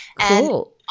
Cool